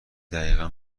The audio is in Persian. دقیقا